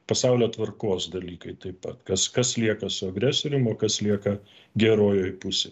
pasaulio tvarkos dalykai taip pat kas kas lieka su agresorium o kas lieka gerojoj pusėj